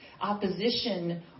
opposition